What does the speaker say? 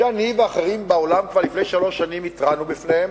שאני ואחרים בעולם כבר לפני שלוש שנים התרענו מפניה,